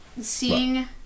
Seeing